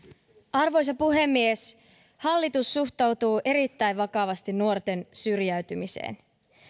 arvoisa puhemies hallitus suhtautuu erittäin vakavasti nuorten syrjäytymiseen